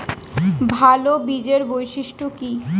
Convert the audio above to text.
ভাল বীজের বৈশিষ্ট্য কী?